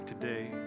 today